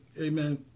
amen